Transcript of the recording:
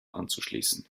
anzuschließen